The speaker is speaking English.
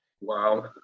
Wow